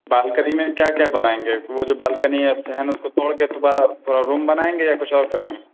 balcony میں کیا کیا بنوائیں گے وہ جو بالکنی ہے صحن ہے اس کو توڑ کے دوبارہ روم بنائیں گے یا کچھ اور کریں گے